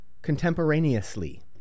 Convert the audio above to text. contemporaneously